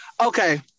Okay